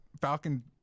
Falcon